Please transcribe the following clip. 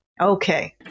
Okay